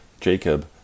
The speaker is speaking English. Jacob